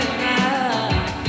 now